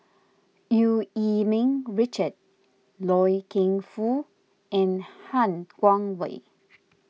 Eu Yee Ming Richard Loy Keng Foo and Han Guangwei